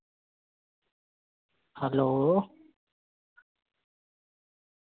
hello